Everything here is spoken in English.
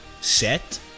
set